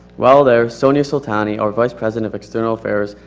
while there, sonia soltani, our vice president of external affairs,